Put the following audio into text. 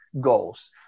goals